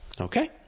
Okay